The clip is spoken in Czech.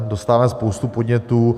Dostáváme spoustu podnětů.